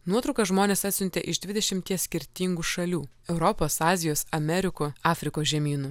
nuotraukas žmonės atsiuntė iš dvidešimties skirtingų šalių europos azijos amerikų afrikos žemynų